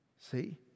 See